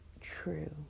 true